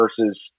versus